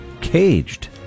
caged